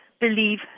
believe